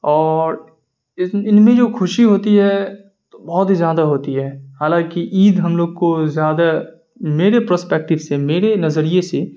اور ان میں جو خوشی ہوتی ہے بہت ہی زیادہ ہوتی ہے حالانکہ عید ہم لوگ کو زیادہ میرے پروسپکٹیو سے میرے نظریے سے